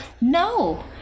No